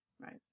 Right